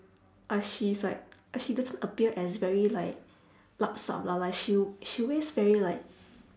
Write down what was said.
uh she's like she doesn't appear as very like lupsup lah like she w~ she always very like